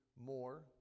more